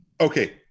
Okay